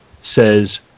says